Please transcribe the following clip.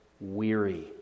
weary